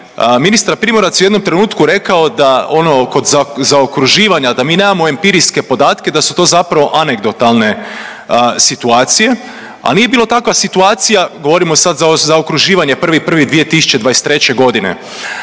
ministar Primorac je u jednom trenutku rekao da ono kod zaokruživanja da mi nemamo empirijske podatke, da su to zapravo anegdotalne situacije, a nije bilo takva situacija govorim sad za zaokruživanje 1.1.2023. godine,